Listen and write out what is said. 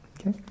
okay